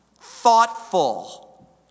thoughtful